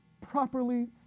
properly